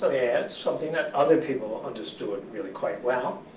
so they had something that other people understood really quite well.